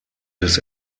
des